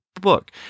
book